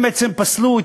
הם בעצם פסלו,